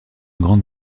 grande